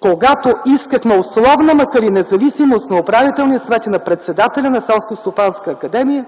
Когато искахме условна, макар и, независимост на управителния съвет и на председателя на Селскостопанска академия,